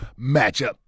matchup